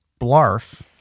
Blarf